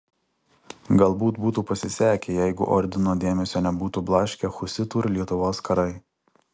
galbūt būtų pasisekę jeigu ordino dėmesio nebūtų blaškę husitų ir lietuvos karai